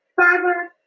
Father